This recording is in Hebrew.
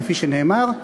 כפי שנאמר,